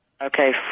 Okay